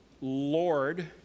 Lord